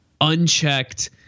unchecked